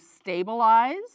stabilize